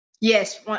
Yes